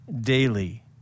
daily